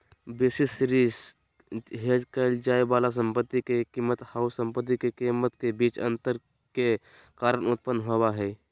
basis risk hedge क़इल जाय वाला संपत्ति के कीमत आऊ संपत्ति के कीमत के बीच अंतर के कारण उत्पन्न होबा हइ